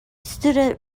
stood